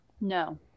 No